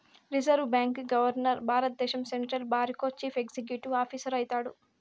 reserve బాంకీ governor భారద్దేశం central బారికో చీఫ్ ఎక్సిక్యూటివ్ ఆఫీసరు అయితాడు